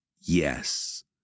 yes